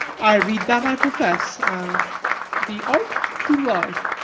i read that i profess, the art to love.